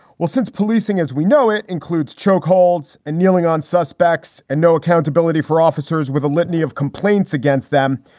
well, since policing, as we know it includes chokeholds and kneeling on suspects and no accountability for officers with a litany of complaints against them.